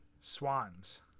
Swans